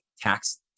tax